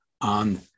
on